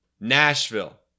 Nashville